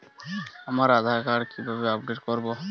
আমার আধার কার্ড কিভাবে আপডেট করব?